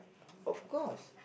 of course